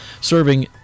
serving